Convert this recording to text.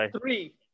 three